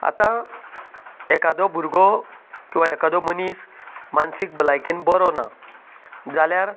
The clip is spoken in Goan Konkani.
आता एकादो भुरगो किंवां एकादो मनीस मानसीक भलायकेन बरो ना जाल्यार